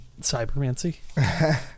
Cybermancy